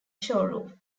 showroom